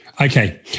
Okay